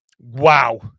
wow